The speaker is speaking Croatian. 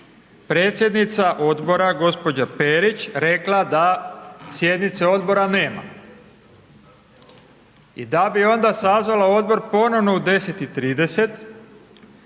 predsjednica odbora gđa. Perić rekla da sjednice odbora nema i da bi onda sazvala odbor ponovno u 10,30